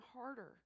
harder